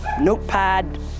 notepad